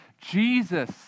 Jesus